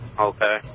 okay